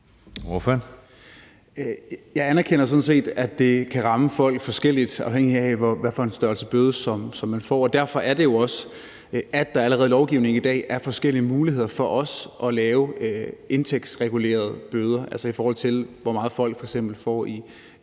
Jeg anerkender sådan set, at det kan ramme folk forskelligt, afhængigt af hvad for en størrelse bøde som man får, og det er jo også derfor, at der allerede i lovgivningen i dag er forskellige muligheder for at lave indtægtsregulerede bøder, altså i forhold til hvor meget folk f.eks. får i